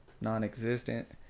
Non-existent